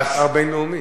הרבה נאומים.